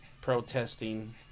protesting